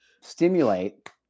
stimulate